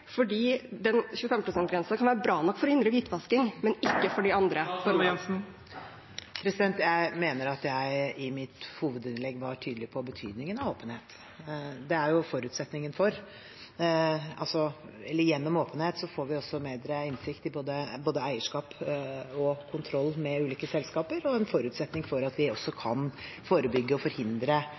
kan være bra nok for å hindre hvitvasking, men ikke for de andre … Jeg mener at jeg i hovedinnlegget mitt var tydelig på betydningen av åpenhet. Gjennom åpenhet får vi bedre innsikt i eierskap og bedre kontroll med ulike selskaper. Det er også en forutsetning for at vi kan forebygge og forhindre